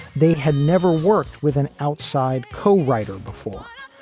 they had never worked with an outside co-writer before,